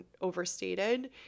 overstated